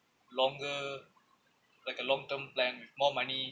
longer like a long term plan with more money